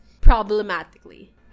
problematically